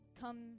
come